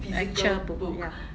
actual book ya